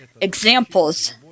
examples